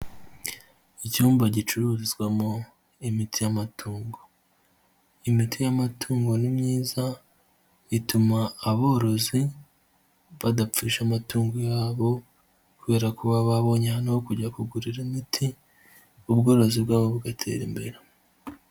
Icyumba gicururizwamo imiti y'amatongo, imiti y'amatungo ni myiza ituma aborozi badapfusha amatungo yabo, kubera ko babonye ahantu ho kujya ku kugurira imiti ubworozi bwabo bugatera imbere.